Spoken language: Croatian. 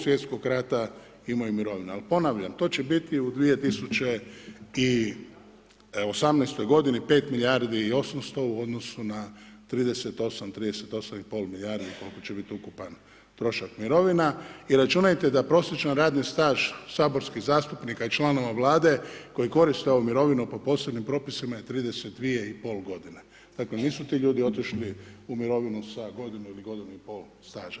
Svjetskog rata imaju mirovine ali ponavljam, to će biti u 2018. godini 5 milijardi i 800 u odnosu na 38, 38,5 milijardi koliko će biti ukupan trošak mirovina, i računajte da prosječan radni staž saborskih zastupnika i članova Vlade, koji koriste ovu mirovinu po posebnih propisima je 32,5 godine, dakle, nisu ti ljudi otišli u mirovinu sa godinu ili godinu i pol staža.